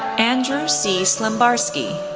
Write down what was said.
andrew c. slembarski,